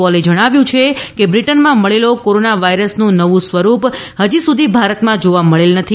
પોલે જણાવ્યું છે કે બ્રિટનમાં મળેલો કોરોના વાયરસનો નવું સ્વરૂપ હજી સુધી ભારતમાં જોવા મળેલ નથી